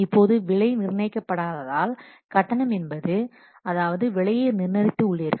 இப்போது விலை நிர்ணயிக்கப் படாததால் கட்டணம் என்பது அதாவது விலையை நிர்ணயித்து உள்ளீர்கள்